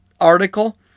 article